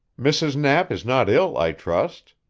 mrs. knapp is not ill, i trust?